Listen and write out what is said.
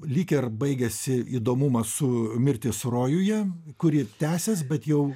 lyg ir baigiasi įdomumas su mirtis rojuje kuri tęsias bet jau